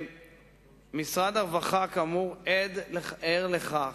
משרד הרווחה, כאמור, ער לכך.